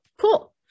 cool